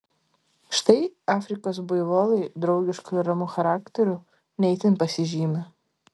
štai afrikos buivolai draugišku ir ramu charakteriu ne itin pasižymi